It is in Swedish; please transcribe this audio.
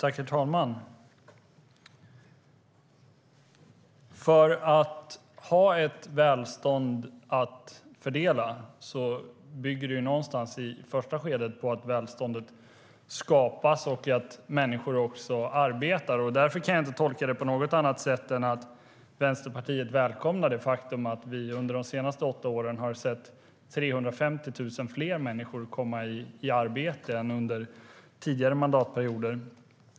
Herr talman! Ett välstånd att fördela bygger i första skedet på att välståndet skapas och att människor också arbetar. Därför kan jag inte tolka det på något annat sätt än att Vänsterpartiet välkomnar det faktum att vi under de senaste åtta åren har sett 350 000 fler människor komma i arbete än under tidigare mandatperioder.